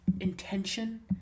intention